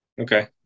Okay